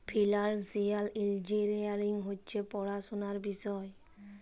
financial engineering হছে পড়াশুলার বিষয়